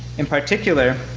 in particular,